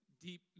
deep